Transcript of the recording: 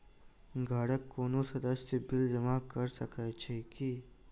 घरक कोनो सदस्यक बिल जमा कऽ सकैत छी की?